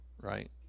right